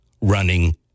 running